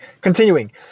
Continuing